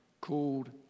called